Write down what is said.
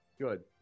Good